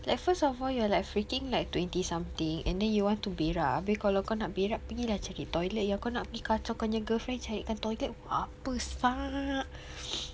like first of all you are like freaking like twenty something and then you want to berak abeh kalau kau nak berak pergi lah cari toilet yang kau nak pergi kacau kau nya girlfriend cari kan toilet buat apa siak